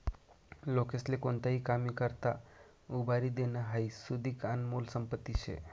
लोकेस्ले कोणताही कामी करता उभारी देनं हाई सुदीक आनमोल संपत्ती शे